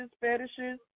fetishes